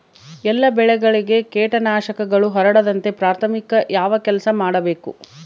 ಎಲ್ಲ ಬೆಳೆಗಳಿಗೆ ಕೇಟನಾಶಕಗಳು ಹರಡದಂತೆ ಪ್ರಾಥಮಿಕ ಯಾವ ಕೆಲಸ ಮಾಡಬೇಕು?